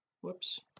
whoops